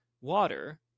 water